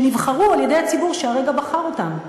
שנבחרו על-ידי הציבור שהרגע בחר אותם.